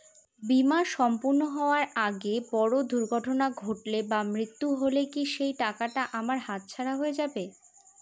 বীমা সম্পূর্ণ হওয়ার আগে বড় দুর্ঘটনা ঘটলে বা মৃত্যু হলে কি সেইটাকা আমার হাতছাড়া হয়ে যাবে?